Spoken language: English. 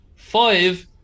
Five